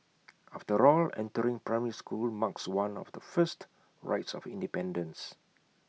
after all entering primary school marks one of the first rites of independence